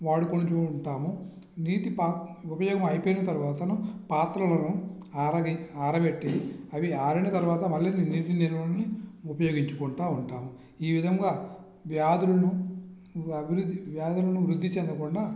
వాడుకుంటూ ఉంటాము నీటి పాత్ర ఉపయోగం అయిపోయిన తరువాతను పాత్రలను ఆరవే ఆరబెట్టి అవి ఆరిన తరువాత మళ్ళీ నీటిని నిల్వని ఉపయోగించుకుంటూ ఉంటాము ఈ విధంగా వ్యాధులను వ్యాధులను వృద్ధి చెందకుండా